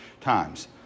times